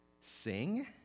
Sing